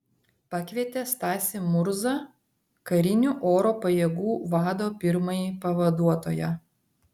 pakvietė stasį murzą karinių oro pajėgų vado pirmąjį pavaduotoją